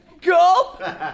go